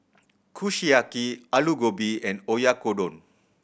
Kushiyaki Alu Gobi and Oyakodon